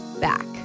back